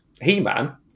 He-Man